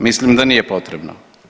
Mislim da nije potrebno.